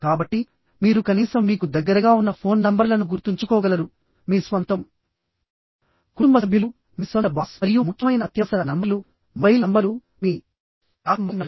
కాబట్టి మీరు కనీసం మీకు దగ్గరగా ఉన్న ఫోన్ నంబర్లను గుర్తుంచుకోగలరు మీ స్వంతం కుటుంబ సభ్యులు మీ సొంత బాస్ మరియు ముఖ్యమైన అత్యవసర నంబర్లు మొబైల్ నంబర్లు మీ డాక్టర్ మొబైల్ నంబర్